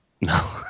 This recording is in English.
No